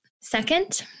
Second